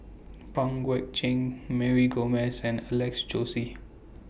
Pang Guek Cheng Mary Gomes and Alex Josey